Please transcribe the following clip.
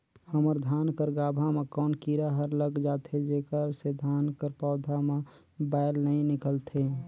हमर धान कर गाभा म कौन कीरा हर लग जाथे जेकर से धान कर पौधा म बाएल नइ निकलथे?